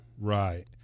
Right